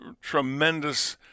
tremendous